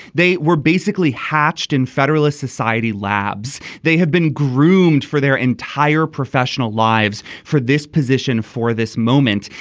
they were basically hatched in federalist society labs. they have been groomed for their entire professional lives for this position for this moment.